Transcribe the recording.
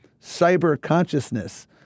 cyber-consciousness